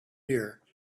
year